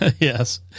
Yes